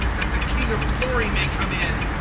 that the king of glory may come in.